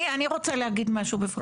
אני רוצה להגיד משהו בבקשה.